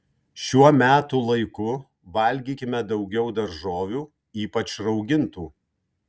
šiuo metų laiku valgykime daugiau daržovių ypač raugintų